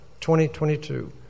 2022